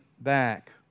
back